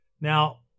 Now